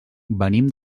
venim